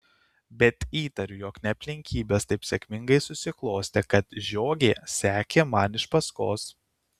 bet įtariu jog ne aplinkybės taip sėkmingai susiklostė kad žiogė sekė man iš paskos